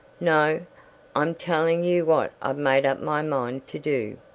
no i'm telling you what i've made up my mind to do.